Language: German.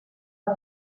von